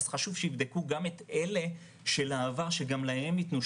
אז חשוב שיבדקו גם את אלה של העבר שגם להם יתנו,